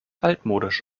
altmodisch